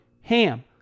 HAM